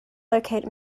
locate